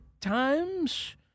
times